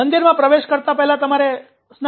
મંદિરમાં પ્રવેશતા પહેલા તમારે સ્નાન કરવું પડશે